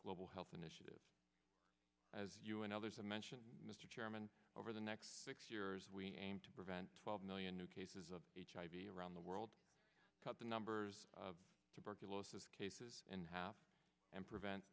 global health initiative as you and others have mentioned mr chairman over the next six years we aim to prevent twelve million new cases of hiv around the world cut the numbers of tuberculosis cases in half and prevent